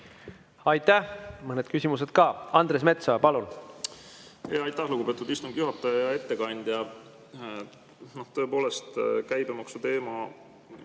Aitäh! Mõned küsimused ka. Andres Metsoja, palun!